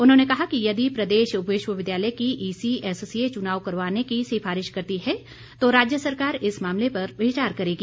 उन्होंने कहा कि यदि प्रदेश विश्वविद्यालय की ईसी एससीए चुनाव करवाने की सिफारिश करती है तो राज्य सरकार इस मामले पर विचार करेगी